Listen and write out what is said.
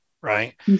right